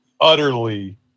Utterly